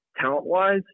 talent-wise